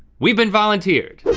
we've been volunteered.